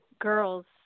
girls